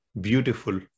beautiful